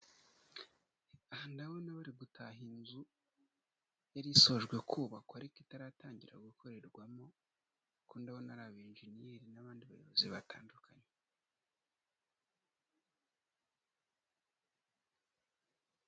Aha ndabona bari gutaha inzu yari isojwe kubakwa ariko itaratangira gukorerwamo kuko ndabona ari aba enjeniyeri n'abandi bayobozi batandukanye.